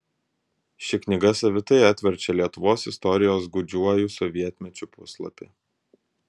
ši knyga savitai atverčia lietuvos istorijos gūdžiuoju sovietmečiu puslapį